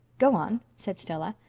go on, said stella.